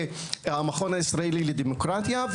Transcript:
והמכון הישראלי לדמוקרטיה.